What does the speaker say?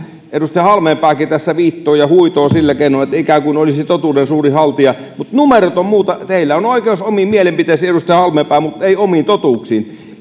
edustaja halmeenpääkin tässä viittoo ja huitoo sillä keinoin kuin olisi ikään kuin totuuden suuri haltija mutta numerot ovat muuta teillä on oikeus omiin mielipiteisiinne edusta halmeenpää mutta ei omiin totuuksiin